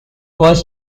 was